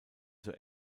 zur